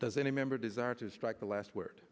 does any member desire to strike the last word